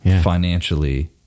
financially